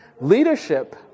Leadership